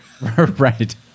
Right